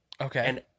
Okay